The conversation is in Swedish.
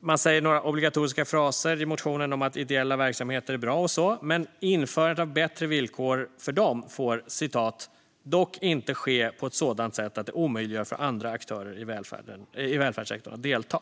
Man säger några obligatoriska fraser i motionen om att ideella verksamheter är bra och så vidare, men införandet av bättre villkor för dem får inte ske "på ett sätt som omöjliggör för andra aktörer i välfärdssektorn att delta".